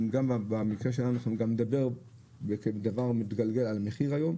אתה מדבר כדבר מתגלגל על מחיר היום,